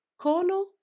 cono